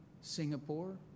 Singapore